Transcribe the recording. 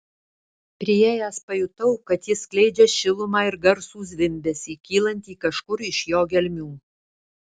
priėjęs pajutau kad jis skleidžia šilumą ir garsų zvimbesį kylantį kažkur iš jo gelmių